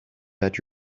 that